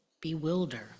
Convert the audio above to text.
bewilder